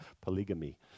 polygamy